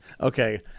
Okay